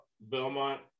Belmont